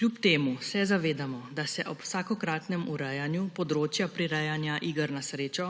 Kljub temu se zavedamo, da se ob vsakokratnem urejanju področja prirejanja iger na srečo